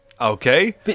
Okay